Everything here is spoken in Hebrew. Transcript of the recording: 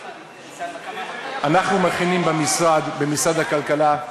אנחנו מכינים במשרד, במשרד הכלכלה,